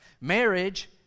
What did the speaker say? marriage